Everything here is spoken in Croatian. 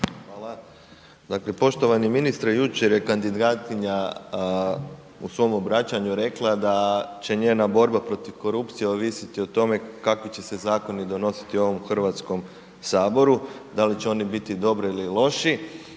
Dakle poštovani ministre, jučer je kandidatkinja u svom obraćanju rekla da će njena borba protiv korupcije ovisiti o tome kakvi će se zakoni donositi u ovom Hrvatskom saboru, da li će oni biti dobri ili loši